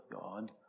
God